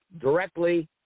directly